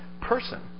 person